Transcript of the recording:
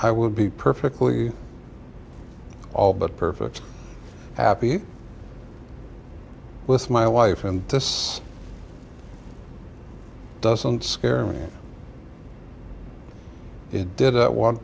would be perfectly all but perfect happy with my wife and this doesn't scare me it did at one